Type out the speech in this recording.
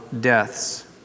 deaths